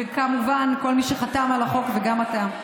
וכמובן, מכל מי שחתם על החוק, וגם אתה,